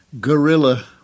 Guerrilla